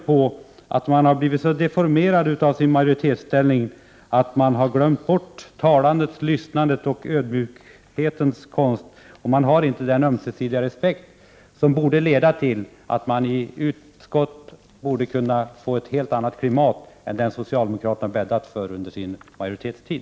Socialdemokraterna har blivit så deformerade genom sin majoritetsställning att de har glömt bort talandets, lyssnandets och ödmjukhetens konst. Om de hyste respekt för andras åsikter skulle det leda till ett helt annat klimat i utskotten än det klimat som socialdemokraterna har bäddat för under sin majoritetstid.